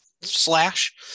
slash